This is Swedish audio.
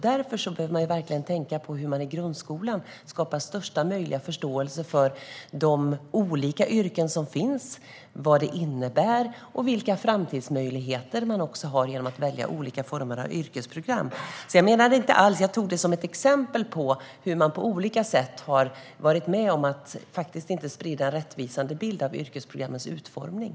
Därför bör man verkligen tänka på hur det i grundskolan ska skapas största möjliga förståelse för de olika yrken som finns. Vad innebär de? Och vilka framtidsmöjligheter finns genom att välja olika former av yrkesprogram? Jag tog näringsministerns kommentar som ett exempel på hur man har varit med om att inte sprida en rättvisande bild av yrkesprogrammens utformning.